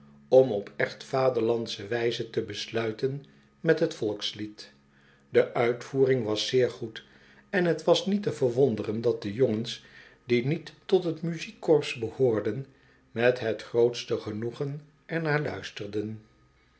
om op echt vaderlandsche wijze te besluiten met het volkslied de uitvoering was zeer goed en het was niet te verwonderen dat de jongens die niet tot het muziekkorps behoorden met het grootste genoegen er naar luisterden